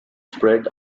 spread